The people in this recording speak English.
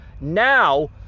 Now